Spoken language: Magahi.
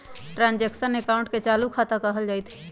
ट्रांजैक्शन अकाउंटे के चालू खता कहल जाइत हइ